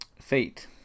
Fate